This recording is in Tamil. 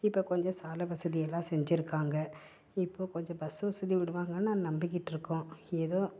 இப்போ கொஞ்சம் சாலை வசதி எல்லாம் செஞ்சுருக்காங்க இப்போ கொஞ்சம் பஸ் வசதி விடுவாங்கனு ஆனால் நம்பிக்கிட்டுருக்கோம்